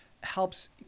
helps